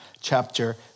chapter